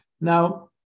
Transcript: Now